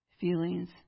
Feelings